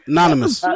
Anonymous